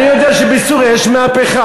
אני יודע שבסוריה יש מהפכה.